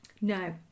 No